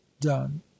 done